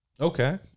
Okay